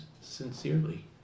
sincerely